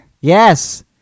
Yes